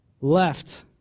left